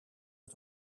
het